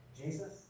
Jesus